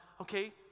okay